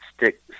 Stick